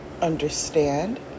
understand